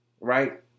right